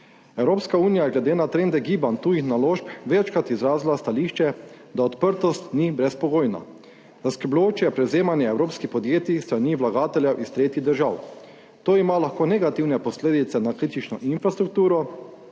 Evropska unija je glede na trende gibanj tujih naložb večkrat izrazila stališče, da odprtost ni brezpogojna. Zaskrbljujoče je prevzemanje evropskih podjetij s strani vlagateljev iz tretjih držav. To ima lahko negativne posledice na kritično infrastrukturo,